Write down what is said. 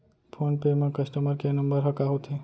Phone पे म customer care number ह का होथे?